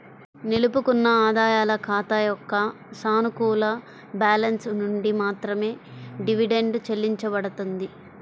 నిలుపుకున్న ఆదాయాల ఖాతా యొక్క సానుకూల బ్యాలెన్స్ నుండి మాత్రమే డివిడెండ్ చెల్లించబడుతుంది